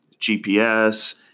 GPS